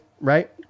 right